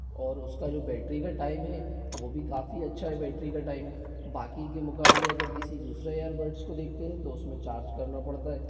और उसका जो बैटरी का टाइम है वो भी काफ़ी अच्छा है बैटरी का टाइम बाकि के मुकाबले अगर किसी दूसरे ईयरबड्स को देखते है तो उसमे चार्ज करना पड़ता है